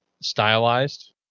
stylized